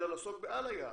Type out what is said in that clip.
אלא לעסוק בעל היעד,